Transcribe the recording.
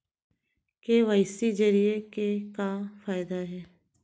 KYC जरिए के का फायदा हे?